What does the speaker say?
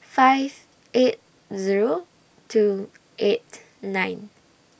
five eight Zero two eight nine